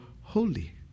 holy